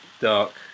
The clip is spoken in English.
dark